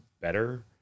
better